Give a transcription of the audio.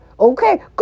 Okay